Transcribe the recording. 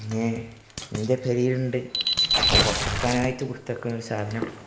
പിന്നെ എൻ്റെ കയ്യിലുണ്ട് ഫോട്ടോ എടുക്കാനായിട്ട് കൊടുത്തേക്കുന്ന ഒരു സാധനം